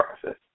process